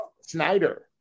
Snyder